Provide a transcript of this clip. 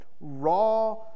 raw